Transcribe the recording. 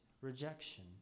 rejection